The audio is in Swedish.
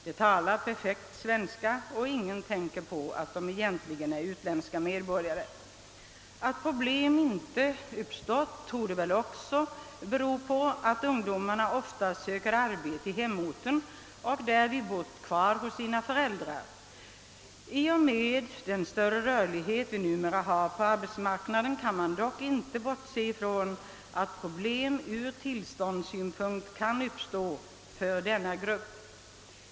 De talar perfekt svenska, och ingen tänker på att de egentligen är utländska medborgare. Att problem inte uppstått torde dock också bero på att ungdomarna oftast sökt arbete i hemorten och därvid bott kvar hos sina föräldrar. I och med den större rörlighet vi numera har på arbetsmarknaden kan man dock inte bortse från att problem ur tillståndssynpunkt kan uppstå för denna grupp.